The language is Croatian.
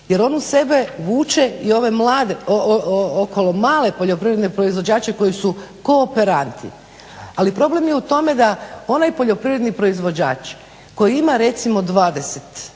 jer on uz sebe vuče i ove okolo male poljoprivredne proizvođače kooperanti ali problem je u tome da onaj poljoprivredni proizvođač koji ima recimo 20